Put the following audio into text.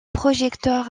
projecteurs